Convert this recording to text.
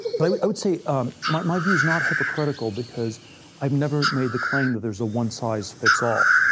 but i would i would say um my my view is not hypocritical because i have never made the claim that there's a one size fits all.